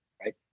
Right